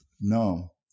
No